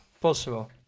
possible